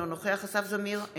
אינו נוכח אסף זמיר,